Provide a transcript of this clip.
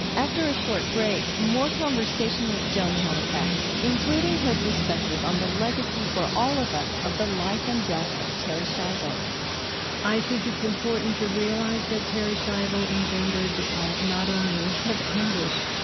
after a short break, more conversation with joan halifax, including her perspective on the legacy for all of us of the life and death of terri schiavo i think it's important to realize that terri schiavo engendered not only a lot of anguish,